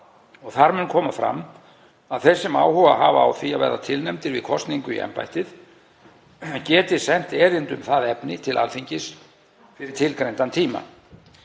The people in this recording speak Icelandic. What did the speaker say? Þar mun koma fram að þeir sem áhuga hafa á því að verða tilnefndir við kosningu í embættið geti sent erindi um það efni til Alþingis fyrir tilgreindan tíma.